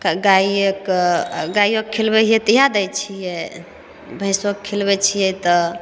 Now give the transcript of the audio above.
तऽ गाइएके गाइयोके खिलबैत हियै तऽ इहए दै छियै भैंसोके खिलबैत छियै तऽ